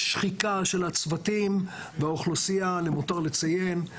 יש שחיקה של הצוותים באוכלוסייה למותר לציין.